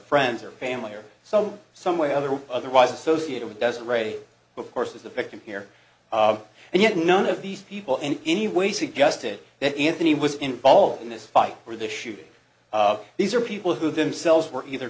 friends or family or some some way or other otherwise associated with does and ready of course is a victim here and yet none of these people in any way suggested that anthony was involved in this fight or the shooting these are people who themselves were either